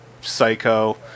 Psycho